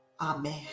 Amen